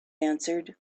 answered